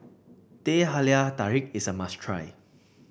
Teh Halia Tarik is a must try